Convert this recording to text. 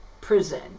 prison